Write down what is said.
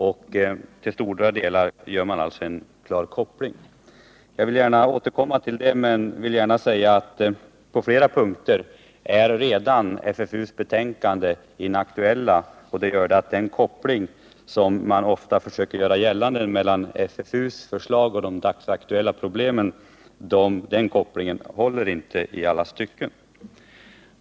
Jag vill gärna återkomma till det, Nr 48 men först säga att FFU:s betänkande på flera punkter redan är inaktuellt. Den Onsdagen den koppling mellan FFU:s förslag och de aktuella problemen som ofta görs håller 6 december 1978 inte i alla stycken.